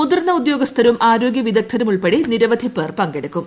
മുതിർന്ന ഉദ്യോഗസ്ഥരും ആരോഗ്യ വിദഗ്ധരും ഉൾപ്പെടെ നിരവധി പേർ പങ്കെടുക്കും